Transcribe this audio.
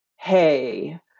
Hey